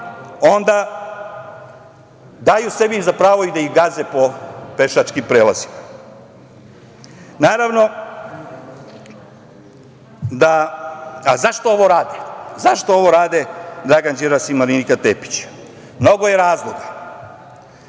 onda daju sebi za pravo i da ih gaze po pešačkim prelazima.Zašto ovo rade? Zašto ovo rade Dragan Đilas i Marinika Tepić? Mnogo je razloga.